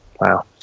Wow